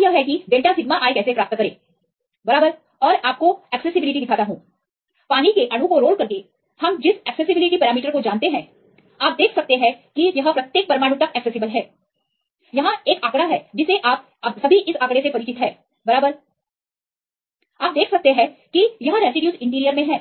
अब सवाल यह है कि इस डेल्टा सिग्मा i को कैसे प्राप्त करें बराबर मैं आपको एक्सेसिबिलिटी दिखाता हूं पानी के अणु को रोल करके हम जिस एक्सेसिबिलिटी पैरामीटर को जानते हैं आप देख सकते हैं कि यह प्रत्येक परमाणु तक एक्सेसिबिल है यहाँ यह एक आंकड़ा है जिसे आप अभी इस आंकड़े से परिचित हैं बराबर आप देख सकते हैं कि यह रेसिड्यूजइंटीरियर में हैं